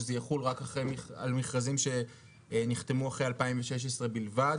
זה יחול רק על מכרזים שנחתמו אחרי שנת 2016 בלבד.